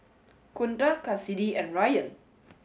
Kunta Cassidy and Ryann